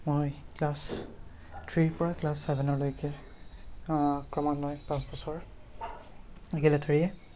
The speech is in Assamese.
মই ক্লাছ থ্ৰীৰপৰা ক্লাছ চেভেনলৈকে ক্ৰমান্বয়ে পাঁচ বছৰ একেলেথাৰিয়ে